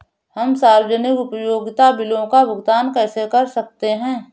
हम सार्वजनिक उपयोगिता बिलों का भुगतान कैसे कर सकते हैं?